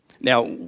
Now